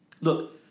Look